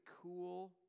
cool